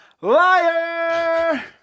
Liar